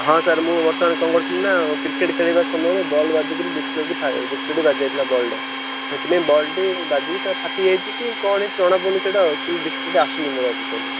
ହଁ ସାର୍ ମୁଁ ବର୍ତ୍ତମାନ କ'ଣ କରିଥିଲି ନା କ୍ରିକେଟ୍ ଖେଳିବା ସମୟରେ ବଲ୍ ବାଜିକିରି ଡିସପ୍ଲେ ଡିସପ୍ଲେଟି ବାଜି ଯାଇଥିଲା ବଲ୍ଟି ସେଥିପାଇଁ ବଲ୍ଟି ବାଜିକି ସେଇଟା ଫାଟି ଯାଇଛି କି କ'ଣ ହେଇଛି ଜଣାପଡ଼ୁନି ସେଇଟା ଆକଚୁଆଲି ଡିସପ୍ଲେଟା ଆସୁନି ମୋର ଟୋଟାଲି